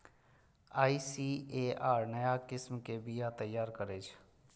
ICAR नया किस्म के बीया तैयार करै छै